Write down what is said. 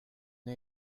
the